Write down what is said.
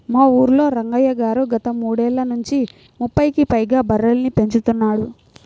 మా ఊల్లో రంగయ్య గారు గత మూడేళ్ళ నుంచి ముప్పైకి పైగా బర్రెలని పెంచుతున్నాడు